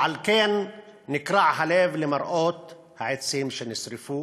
ועל כן נקרע הלב למראות העצים שנשרפו.